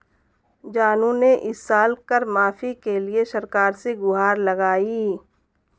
जानू ने इस साल कर माफी के लिए सरकार से गुहार लगाई